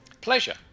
Pleasure